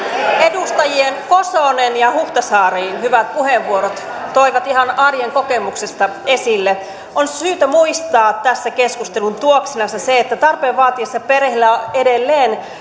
edustajien kosonen ja huhtasaari hyvät puheenvuorot toivat ihan arjen kokemuksesta esille on syytä muistaa tässä keskustelun tuoksinassa se että tarpeen vaatiessa perheellä on edelleen